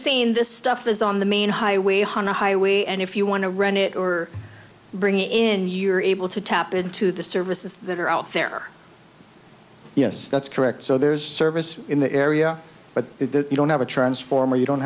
seen this stuff is on the main highway highway and if you want to rent it or bring in you are able to tap into the services that are out there yes that's correct so there's service in the area but if you don't have a transformer you don't